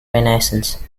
renaissance